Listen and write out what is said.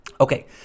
Okay